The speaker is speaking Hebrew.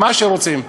מה שרוצים,